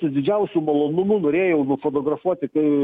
su didžiausiu malonumu norėjau nufotografuoti kai